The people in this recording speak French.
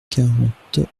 quarante